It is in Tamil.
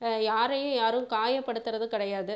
யாரையும் யாரும் காயப்படுத்துவது கிடையாது